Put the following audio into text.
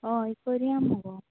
हय करया मगो